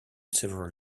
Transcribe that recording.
several